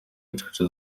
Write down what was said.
gacaca